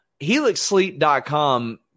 HelixSleep.com